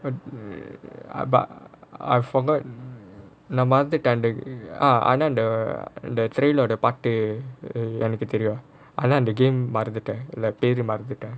but I forgot நான் மறந்துட்டேன் ஆனா:naan maranthuttaen aanaa ah I like the the trailer பாட்டு எனக்கு தெரியும் ஆனா:paatu ennakku teriyum aanaa the game மறந்துட்டேன் பெரு மறந்துட்டேன்:maranthuttaen peru maranthuttaen